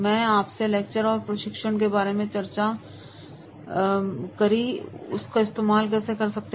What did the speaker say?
मैंने आपसे लेक्चर और प्रशिक्षण के बारे में चर्चा की उसका इस्तेमाल कैसे कर सकते हैं